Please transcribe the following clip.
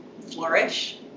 flourish